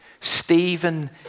Stephen